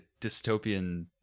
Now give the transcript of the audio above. dystopian